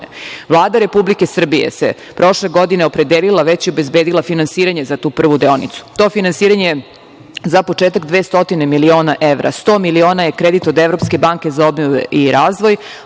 Republike Srbije se prošle godine opredelila, već je obezbedila finansiranje za tu prvu deonicu. To finansiranje za početak je 200 miliona evra, 100 miliona je kredit od Evropske banke za obnovu i razvoj,